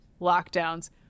lockdowns